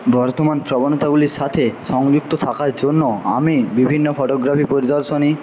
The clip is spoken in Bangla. বর্তমান প্রবণতাগুলির সাথে সংযুক্ত থাকার জন্য আমি বিভিন্ন ফটোগ্রাফি পরিদর্শনে